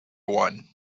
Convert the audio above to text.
one